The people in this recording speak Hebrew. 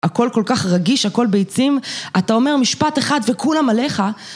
הכל כל כך רגיש, הכל ביצים, אתה אומר משפט אחד וכולם עליך...